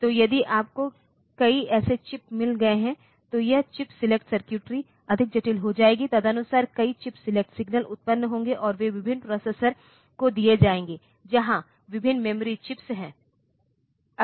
तो यदि आपको कई ऐसे चिप्स मिल गए हैं तो यह चिप सिलेक्शन सर्किटरी अधिक जटिल हो जाएगी तदनुसार कई चिप सेलेक्ट सिग्नल उत्पन्न होंगे और वे विभिन्न प्रोसेसर को दिए जाएंगे जहां विभिन्न मेमोरी चिप्स हैं